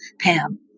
Pam